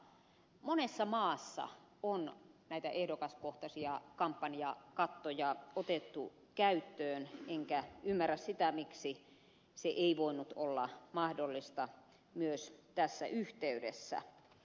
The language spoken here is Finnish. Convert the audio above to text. monessa maassa on näitä ehdokaskohtaisia kampanjakattoja otettu käyttöön enkä ymmärrä sitä miksi se ei voinut olla mahdollista myös tässä yhteydessä